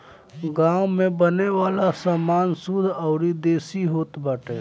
गांव में बने वाला सामान शुद्ध अउरी देसी होत बाटे